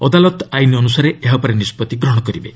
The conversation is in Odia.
ଅଦାଲତ ଆଇନ ଅନୁସାରେ ଏହା ଉପରେ ନିଷ୍ପଭି ଗ୍ରହଣ କରିବେ